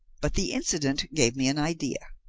but the incident gave me an idea.